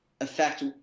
affect